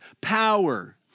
power